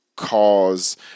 cause